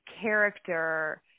character